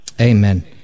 Amen